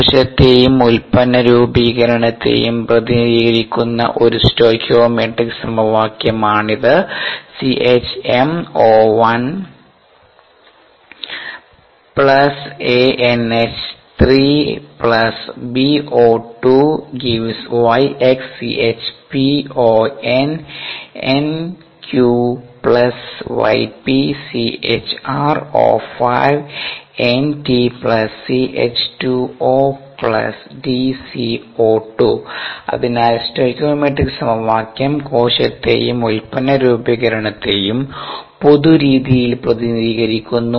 കോശത്തെയും ഉൽപ്പന്ന രൂപീകരണത്തെയും പ്രതിനിധീകരിക്കുന്ന ഒരു സ്റ്റോകിയോമെട്രിക് സമവാക്യമാണിത് CHmOl aNH3 bO2 → yx CHpOnNq yp CHrOsNt cH2O dCO2 അതിനാൽ സ്റ്റോകിയോമെട്രിക് സമവാക്യം കോശത്തെയും ഉൽപ്പന്ന രൂപീകരണത്തെയും പൊതു രീതിയിൽ പ്രതിനിധീകരിക്കുന്നു